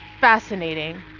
Fascinating